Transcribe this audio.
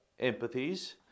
empathies